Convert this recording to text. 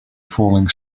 falling